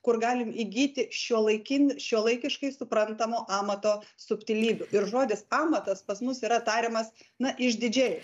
kur galim įgyti šiuolaikin šiuolaikiškai suprantamo amato subtilybių ir žodis amatas pas mus yra tariamas na išdidžiai